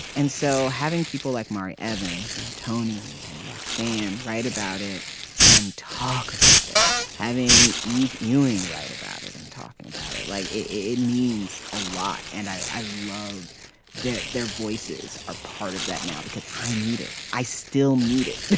and so having people like murray evans and tony and roxanne write about it and talk about it having eve ewing write about it and talking about it like it it means a lot and i love that their voices are part of that now because i need it. i still need it it